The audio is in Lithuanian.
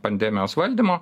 pandemijos valdymo